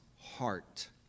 heart